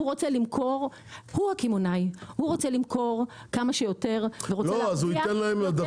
הוא רוצה למכור כמה שיותר ורוצה להרוויח יותר --- לא אז